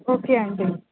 okay అండి